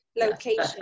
location